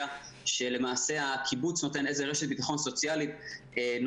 היה שלמעשה הקיבוץ נותן איזה רשת ביטחון סוציאלית נוספת,